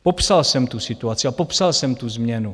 Popsal jsem tu situaci a popsal jsem tu změnu.